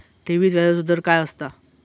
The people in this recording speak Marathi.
ठेवीत व्याजचो दर काय असता?